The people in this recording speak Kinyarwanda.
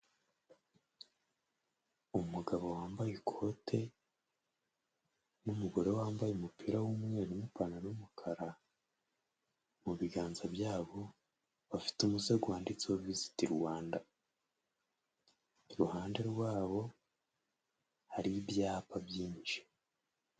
Umugabo wambaye ikote, n'umugore wambaye umupira w'umweru n'ipantaro y'umukara, mu biganza byabo, bafite umusego wanditseho Visit Rwanda. Iruhande rwabo hari ibyapa byinshi.